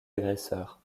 agresseurs